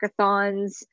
hackathons